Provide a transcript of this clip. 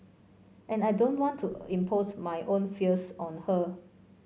and I don't want to impose my own fears on her